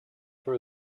were